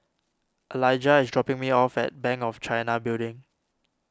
Alijah is dropping me off at Bank of China Building